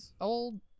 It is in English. old